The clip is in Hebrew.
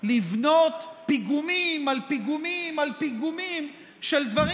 לבנות פיגומים על פיגומים על פיגומים על דברים